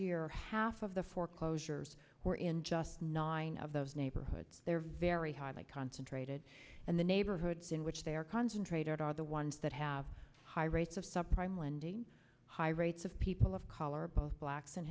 year half of the foreclosures were in just nine of those neighborhoods they're very highly concentrated and the neighborhoods in which they are concentrated are the ones that have high rates of subprime lending high rates of people of color both blacks and